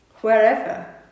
wherever